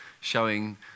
showing